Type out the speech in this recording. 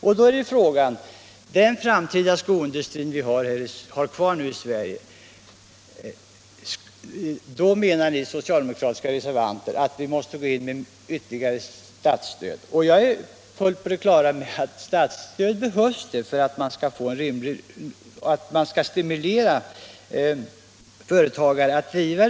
Nr 119 De socialdemokratiska reservanterna menar alltså att vi måste gå in Torsdagen den med ytterligare statsstöd. Jag är fullt på det klara med att statsstöd behövs 28 april 1977 för att stimulera företagarna.